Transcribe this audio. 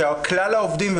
שכלל העובדים,